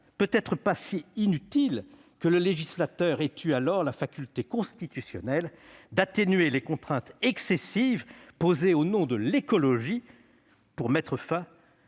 peut-être pas si inutile que le législateur ait eu alors la faculté constitutionnelle d'atténuer les contraintes excessives posées au nom de l'écologie, pour mettre fin